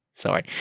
Sorry